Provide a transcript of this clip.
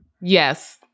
yes